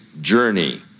journey